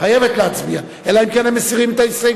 חייבת להצביע, אלא אם כן הם מסירים את ההסתייגות.